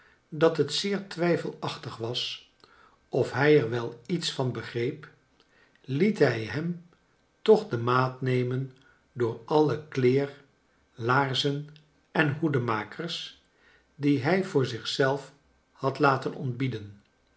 dat het zeer twrjfelachtig was of hij er wel iets van begreep liet hij hem toch de maat nemen door alle kleer laarzen en hoedenmakers die hij voor zich zelf had laten ontbieden